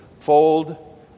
fold